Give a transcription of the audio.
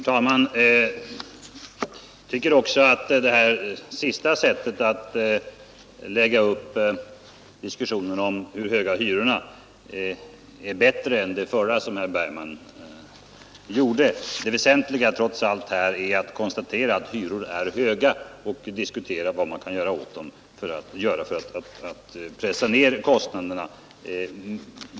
Herr talman! Jag tycker att det senaste sättet att lägga upp diskussionen om de höga hyrorna är bättre än det som herr Bergman använde tidigare. Det väsentliga att slå fast är ju ändå att hyrorna är höga, och att diskutera vad som kan göras för att pressa ned dem.